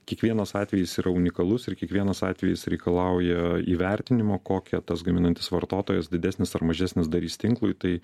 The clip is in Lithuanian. kiekvienas atvejis yra unikalus ir kiekvienas atvejis reikalauja įvertinimo kokią tas gaminantis vartotojas didesnis ar mažesnis darys tinklui tai